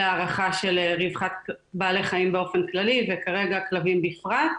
להערכה של רווחת בעלי חיים באופן כללי וכרגע כלבים בפרט,